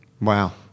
Wow